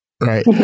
Right